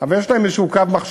אבל יש להם איזה קו מחשבה.